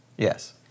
Yes